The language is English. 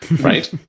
right